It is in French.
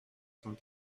cent